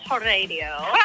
Radio